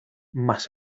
más